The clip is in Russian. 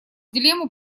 дилемму